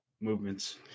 movements